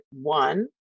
one